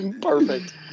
Perfect